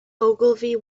ogilvy